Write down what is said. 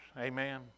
Amen